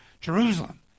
Jerusalem